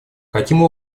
каким